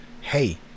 hey